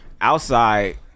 Outside